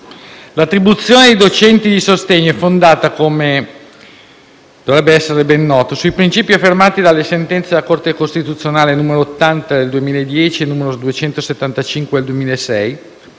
L'attribuzione dei docenti di sostegno è fondata, come dovrebbe esserle ben noto, sui principi affermati dalle sentenze della Corte costituzionale nn. 80 del 2010 e 275 del 2006,